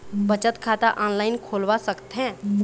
बचत खाता ऑनलाइन खोलवा सकथें?